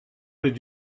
did